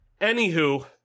anywho